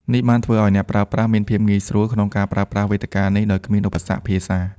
នេះបានធ្វើឲ្យអ្នកប្រើប្រាស់មាន ភាពងាយស្រួលក្នុងការប្រើប្រាស់វេទិកានេះដោយគ្មានឧបសគ្គភាសា។